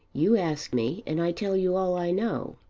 you ask me and i tell you all i know.